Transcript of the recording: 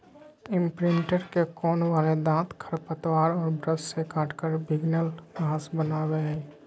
imprinter के कोण वाले दांत खरपतवार और ब्रश से काटकर भिन्गल घास बनावैय हइ